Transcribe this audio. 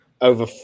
over